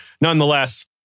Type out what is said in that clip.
Nonetheless